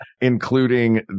including